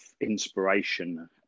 inspiration